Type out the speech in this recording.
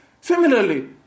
Similarly